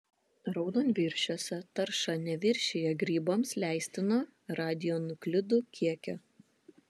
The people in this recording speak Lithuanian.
raudonviršiuose tarša neviršija grybams leistino radionuklidų kiekio